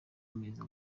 amezi